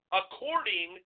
according